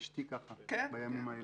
אשתי ככה בימים האלו.